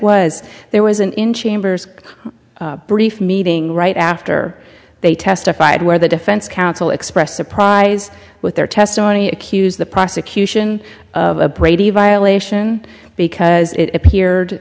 was there was an in chambers brief meeting right after they testified where the defense counsel expressed surprise with their testimony accuse the prosecution of a brady violation because it appeared